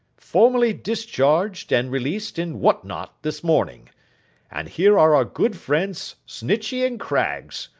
formally discharged, and released, and what not this morning and here are our good friends snitchey and craggs,